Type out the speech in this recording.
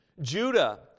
Judah